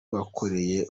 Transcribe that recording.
bakoreye